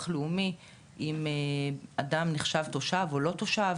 לאומי אם אדם נחשב תושב או לא תושב,